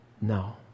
No